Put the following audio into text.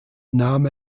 nahm